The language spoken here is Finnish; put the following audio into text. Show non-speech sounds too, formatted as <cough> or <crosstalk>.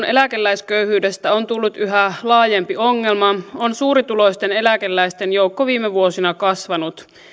<unintelligible> eläkeläisköyhyydestä on tullut yhä laajempi ongelma on suurituloisten eläkeläisten joukko viime vuosina kasvanut